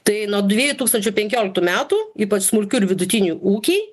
tai nuo dviejų tūkstančių penkioliktų metų ypač smulkių ir vidutinių ūkiai